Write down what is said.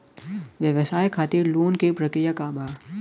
व्यवसाय खातीर लोन के प्रक्रिया का बा?